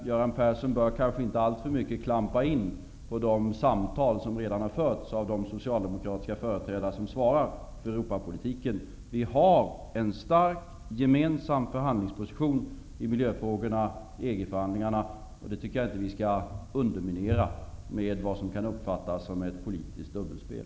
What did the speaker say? Göran Persson bör dock kanske inte allför mycket klampa in på de samtal som redan har förts av de socialdemokratiska företrädare som svarar för Vi har en stark gemensam förhandlingsposition i miljöfrågorna i EG-förhandlingarna, och det tycker jag inte att vi skall underminera med vad som kan uppfattas som politiskt dubbelspel.